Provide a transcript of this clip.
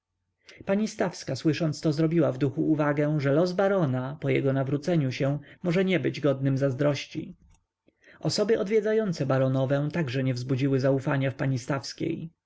pani stawska słysząc to zrobiła w duchu uwagę że los barona po jego nawróceniu się może nie być godnym zazdrości osoby odwiedzające baronowę także nie wzbudzały zaufania w pani stawskiej